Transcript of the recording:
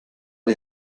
die